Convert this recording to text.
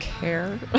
care